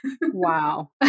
Wow